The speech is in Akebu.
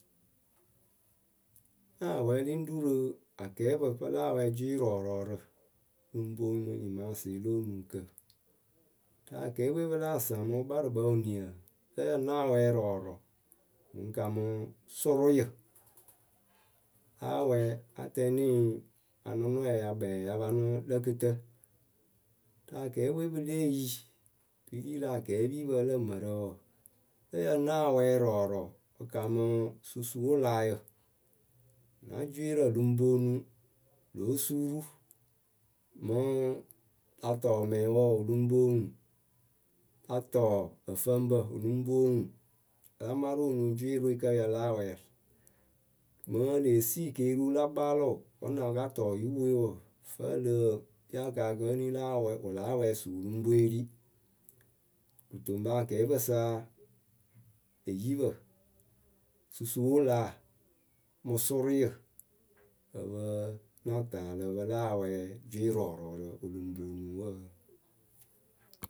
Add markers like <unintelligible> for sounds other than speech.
Nah wɛɛlɩ ŋ́ ru rɨ akɛɛpǝ pɨ láa wɛɛ jwɩɩrɔɔrɔɔrǝ. <unintelligible> rɨ nyɩmaasɩɩ lo oŋuŋkǝ Rɨ akɛɛpǝ we pɨ láa saŋ mɨ wɨkparɨkpǝ wɨniǝ lǝ yǝ náa wɛɛ rɔɔrɔ, ŋwʊ ŋ kamɨ sʊrʊyǝ, láa wɛɛ áa tɛnɩ ŋ anʊnɔyǝ ya kpɛɛ ya panɨ lǝ kɨtǝ Rɨ akɛɛpǝ we pɨ lée yii. Pɨ ri rɨ akɛɛpipǝ lǝ mǝrǝ wɔɔ, lǝ yǝ náa wɛɛ rɔɔrɔ ŋ kamɨ susuwʊlaayǝ Na jwɩɩrǝ ɖɨŋ poŋ onuŋ, lóo suuru Mɨŋ la tɔɔ mɛŋwǝ wɨ lɨŋ poŋ oŋuŋ La tɔɔ ǝfǝŋpǝ wɨ lɨŋ poŋ oŋuŋ, ǝ a marɨ onuŋ jwɩɩrǝ kǝ́ ya láa wɛɛ Mɨŋ e lee sii keeriu la kpaalɨʊ wǝ́ na pa ka tɔɔ oyupǝ we wɔɔ, vǝ́ ǝlǝǝ kpii akaakǝ eni la wɛɛ, wǝ láa wɛɛ suu wɨ lɨŋ poŋ eri Kɨto ŋpɨ akɛɛpǝ sa eyipǝ, susuwʊlaa, mɨ sʊrʊyǝ ǝpǝ ŋ́ na taalɨ pɨ láa wɛɛ jwɩɩrɔɔrɔɔrǝ wɨ lɨŋ poŋ onuŋ wǝǝ.